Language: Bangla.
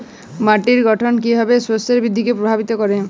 মাটির গঠন কীভাবে শস্যের বৃদ্ধিকে প্রভাবিত করে?